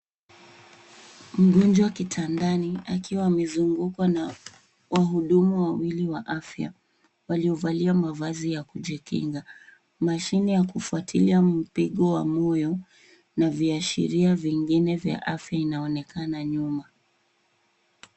Mgonjwa kitandani akiwa amezungukwa na wahudumu wawili wa afya; waliovalia mavazi ya kujikinga. Mashine ya kufuatilia mpigo wa moyo, na viashiria vingine vya afya inaonekana nyuma.